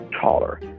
taller